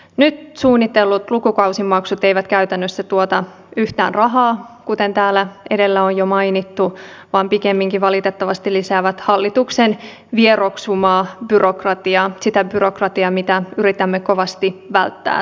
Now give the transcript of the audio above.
nyt suunnitellut lukukausimaksut eivät käytännössä tuota yhtään rahaa kuten täällä edellä on jo mainittu vaan pikemminkin valitettavasti lisäävät hallituksen vieroksumaa byrokratiaa sitä byrokratiaa mitä yritämme kovasti välttää täällä